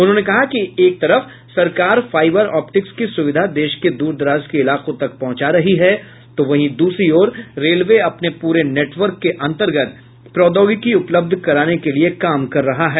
उन्होंने कहा कि एक ओर सरकार फाइबर ऑप्टिक्स की सुविधा देश के द्रदराज के इलाकों तक पहुंचा रही है तो दूसरी ओर रेलवे अपने पूरे नेटवर्क के अंतर्गत प्रौद्योगिकी उपलब्ध कराने के लिए काम कर रहा है